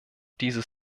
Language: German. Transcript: dieses